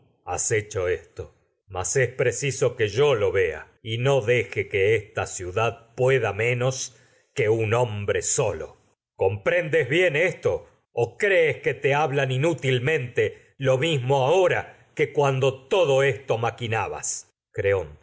quien mas es fiando hecho preciso que yo lo vea y no deje que esta ciudad pueda menos que un hombre solo comprendes bien esto o crees que te hablan in tragediás déj sótfotíleá xitilmente lo mismo ahora que cuando todo esto